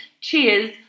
Cheers